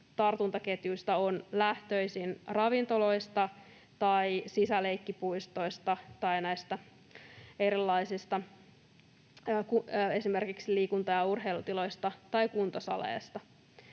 tartuntaketjuista on lähtöisin ravintoloista tai sisäleikkipuistoista tai näistä erilaisista esimerkiksi liikunta- ja urheilutiloista tai kuntosaleista.